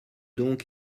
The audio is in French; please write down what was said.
donc